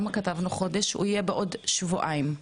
הוא יהיה בעוד שבועיים.